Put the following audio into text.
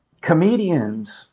comedians